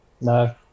No